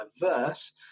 diverse